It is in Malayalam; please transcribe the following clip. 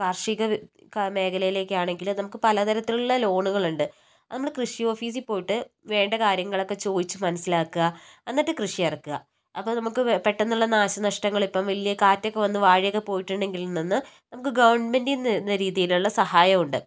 കാർഷിക മേഖലയിലേക്കാണെങ്കില് നമുക്ക് പല തരത്തിലുള്ള ലോണുകള്ണ്ട് നമ്മള് കൃഷി ഓഫീസ് പോയിട്ട് വേണ്ട കാര്യങ്ങളൊക്കെ ചോദിച്ച് മനസ്സിലാക്കുക എന്നിട്ട് കൃഷി ഇറക്കുക അപ്പോൾ നമുക്ക് പെട്ടന്നുള്ള നാശനഷ്ഠങ്ങളിപ്പോൾ വലിയ കാറ്റൊക്കെ വന്ന് വാഴയൊക്കെ പോയിട്ടുണ്ടെങ്കിൽ നിന്ന് നമുക്ക് ഗവണ്മെന്റിൽ നിന്ന് രീതിയിലുള്ള സഹായമുണ്ട്